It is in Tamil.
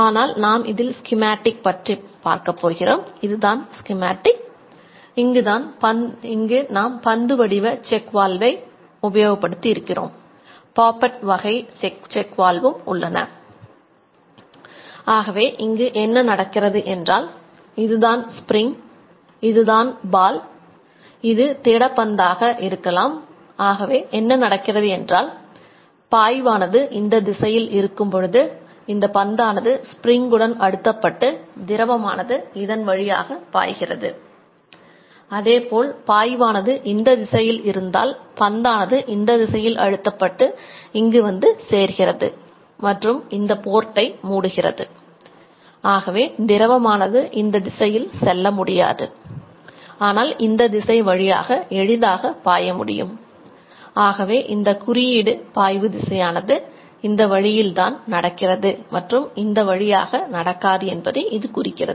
ஆகவே இங்கே என்ன நடக்கிறது என்றால் இதுதான் ஸ்பிரிங் இந்த வழியில்தான் நடக்கிறது மற்றும் இந்த வழியாக நடக்காது என்பதை குறிக்கிறது